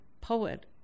poet